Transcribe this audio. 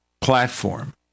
platform